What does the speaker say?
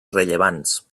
rellevants